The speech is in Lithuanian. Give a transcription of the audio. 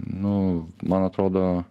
nu man atrodo